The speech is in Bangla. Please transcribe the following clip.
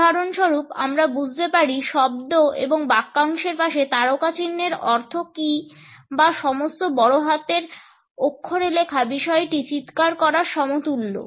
উদাহরণস্বরূপ আমরা বুঝতে পারি শব্দ এবং বাক্যাংশের পাশে তারকা চিহ্নের অর্থ কী বা সমস্ত বড়ো হাতের অক্ষরে লেখা বিষয়টি চিৎকার করার সমতুল্য